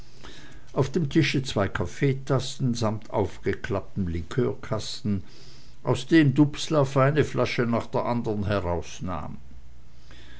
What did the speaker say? auf dem tische zwei kaffeetassen samt aufgeklapptem liqueurkasten aus dem dubslav eine flasche nach der andern herausnahm